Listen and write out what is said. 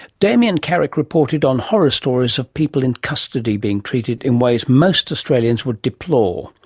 damien carrick reported on horror stories of people in custody being treated in ways most australians would deplore.